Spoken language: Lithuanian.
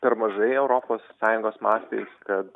per mažai europos sąjungos mastais kad